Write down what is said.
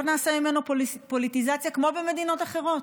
נעשה ממנו פוליטיזציה כמו במדינות אחרות.